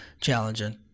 Challenging